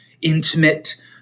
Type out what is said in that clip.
intimate